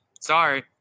sorry